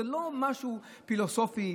זה לא משהו פילוסופי,